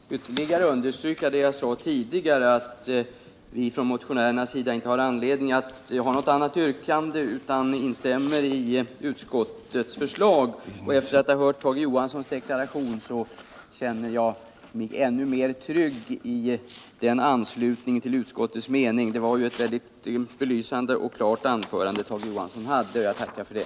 Herr talman! Jag vill bara ytterligare understryka vad jag sade tidigare, att vi motionärer inte har något annat yrkande utan instämmer i utskottets hemställan. Efter att ha hört Tage Johanssons deklaration känner jag mig ännu tryggare — det var ett belysande och klart anförande som Tage Johansson höll, och jag tackar för det.